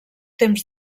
temps